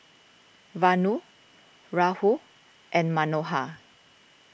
Vanu Rahul and Manohar